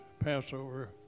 Passover